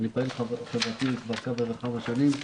אני פעיל חברתי כבר כמה וכמה שנים.